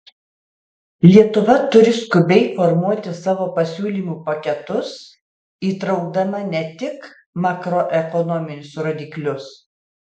lietuva turi skubiai formuoti savo pasiūlymų paketus įtraukdama ne tik makroekonominius rodiklius